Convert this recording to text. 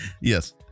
Yes